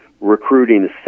recruiting